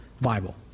bible